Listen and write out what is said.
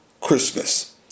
Christmas